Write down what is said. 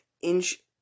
inch